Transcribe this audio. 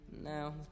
Now